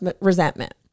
resentment